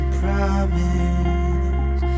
promise